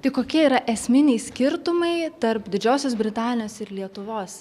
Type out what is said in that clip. tai kokie yra esminiai skirtumai tarp didžiosios britanijos ir lietuvos